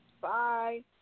Bye